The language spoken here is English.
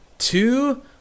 Two